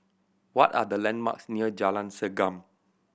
what are the landmarks near Jalan Segam